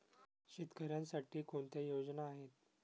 शेतकऱ्यांसाठी कोणत्या योजना आहेत?